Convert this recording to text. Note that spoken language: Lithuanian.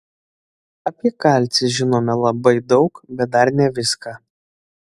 apie kalcį žinome labai daug bet dar ne viską